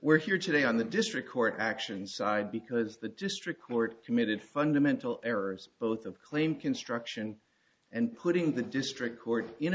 we're here today on the district court action side because the district court committed fundamental errors both of claim construction and putting the district court in